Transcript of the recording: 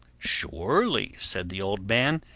surely, said the old man,